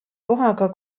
kohaga